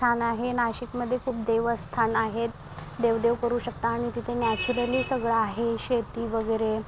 छान आहे नाशिकमध्ये खूप देवस्थान आहेत देव देव करू शकता आणि तिथे नॅचरली सगळं आहे शेती वगैरे